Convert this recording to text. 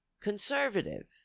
conservative